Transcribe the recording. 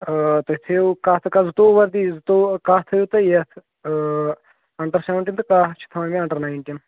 اۭں تُہۍ تھٲیِو کَہہ تہٕ کَہہ زٕتووُہ حظ گٔے زٕتووُہ کَہہ تھٲیِو تُہۍ یَتھ اَنڈَر سٮ۪وَنٹیٖن تہٕ کَہہ چھِ تھاوٕنۍ مےٚ اَنڈَر نایِنٹیٖن